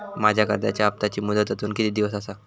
माझ्या कर्जाचा हप्ताची मुदत अजून किती दिवस असा?